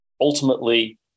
ultimately